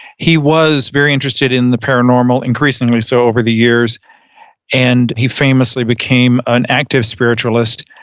he was very interested in the paranormal, increasingly so over the years and he famously became an active spiritualist,